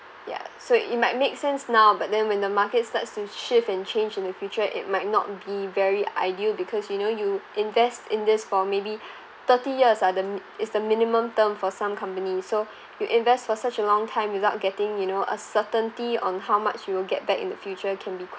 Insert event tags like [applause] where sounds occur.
ya so it might make sense now but then when the market starts to shift and change in the future it might not be very ideal because you know you invest in this for maybe [breath] thirty years are the mi~ is the minimum term for some company so you invest for such a long time without getting you know a certainty on how much you will get back in the future can be